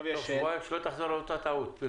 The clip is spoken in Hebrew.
תוך שבועיים, שלא תחזור על אותה טעות.